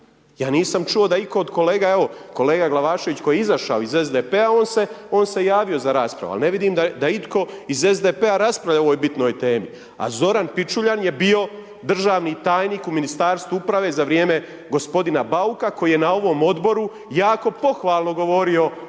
Ja nisam čuo da nitko od kolega, evo, kolega Glavašević koji je izašao iz SDP-a on se javio za raspravu, ali ne vidim da je itko iz SDP-a raspravlja o ovoj bitnoj temi, a Zoran Pičuljan je bio državni tajnik u Ministarstvu uprave za vrijeme g. Bauka, koji je na ovom odboru jako pohvalno govorio